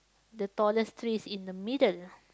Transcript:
the tallest tree is in the middle